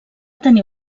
tenir